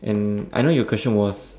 and I know your question was